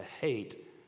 hate